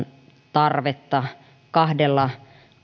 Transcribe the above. tarvetta kahdella